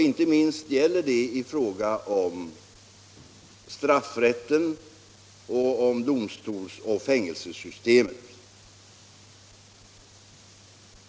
Inte minst gäller det i fråga om straffrätten och i fråga om domstolsoch fängelsesystemet.